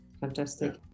Fantastic